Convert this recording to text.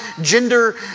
gender